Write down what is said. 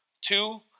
Two